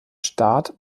start